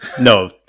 No